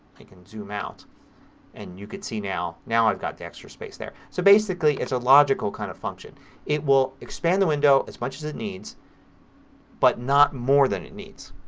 i can zoom out and you can see now, now i've got that extra space there. so basically it's a logical kind of function. it will expand the window as much as it needs but not more than it needs.